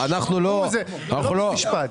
אנחנו לא בית משפט.